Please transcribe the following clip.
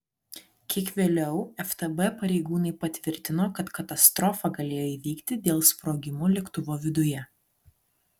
kiek vėliau ftb pareigūnai patvirtino kad katastrofa galėjo įvykti dėl sprogimo lėktuvo viduje